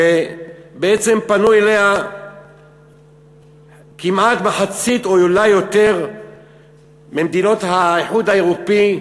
שבעצם פנו אליה כמעט מחצית או אולי יותר ממדינות האיחוד האירופי,